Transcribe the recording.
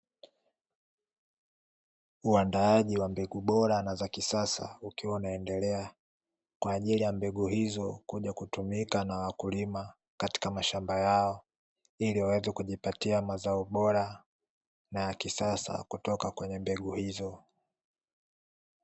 Uandaaji wa mbegu bora na za kisasa ukiwa unaendelea, kwa ajili ya mbegu hizo kuja kutumika na wakulima katika mashamba yao ili waweze kujipatia mazao bora na ya kisasa kutoka kwenye mbegu hizo.